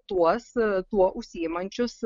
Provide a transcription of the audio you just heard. tuos tuo užsiimančius